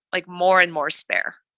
like more and more spare,